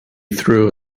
threw